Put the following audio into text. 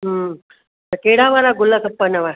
हा त कहिड़ा वारा गुल खपनिव